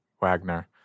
Wagner